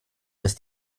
dass